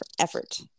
effort